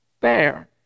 bear